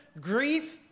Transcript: grief